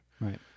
Right